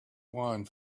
wine